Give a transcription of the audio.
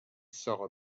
saw